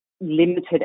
limited